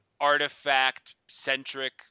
artifact-centric